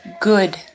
good